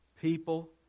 people